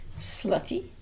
Slutty